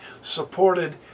supported